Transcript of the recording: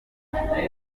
yakomeje